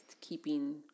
keeping